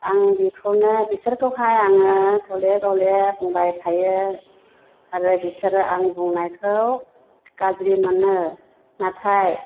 आं बेखौनो बिसोरखौहाय आङो गले गले बुंबाय थायो आरो बिसोरो आं बुंनायखौ गाज्रि मोनो नाथाइ